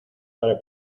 para